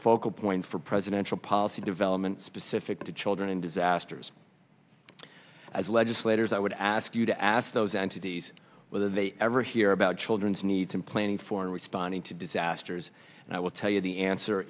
focal point for presidential policy development specific to children in disasters as legislators i would ask you to ask those entities whether they ever hear about children's needs in planning for responding to disasters and i will tell you the answer